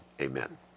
amen